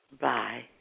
Bye